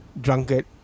drunkard